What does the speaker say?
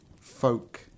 folk